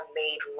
made